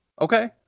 Okay